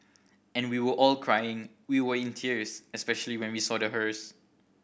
and we were all crying we were in tears especially when we saw the hearse